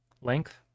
length